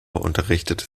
unterrichtete